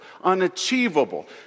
unachievable